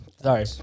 Sorry